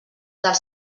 del